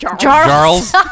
Charles